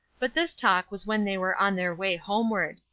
but this talk was when they were on their way homeward.